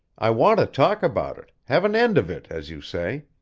i want to talk about it have an end of it, as you say.